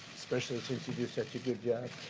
especially since you do such a good job.